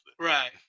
Right